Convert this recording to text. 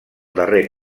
darrer